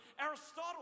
Aristotle